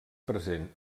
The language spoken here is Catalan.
present